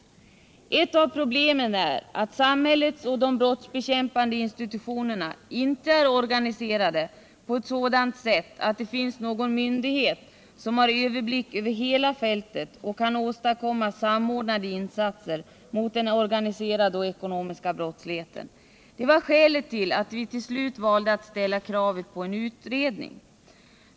brottsligheten Ett av problemen är att samhället och de brottsbekämpande institutionerna inte är organiserade på ett sådant sätt, att det finns någon myndighet som har överblick över hela fältet och kan åstadkomma samordnade insatser mot den organiserade och ekonomiska brottsligheten. Det var skälet till att vi till slut valde att ställa krav på en utredning.